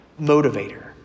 motivator